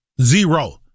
Zero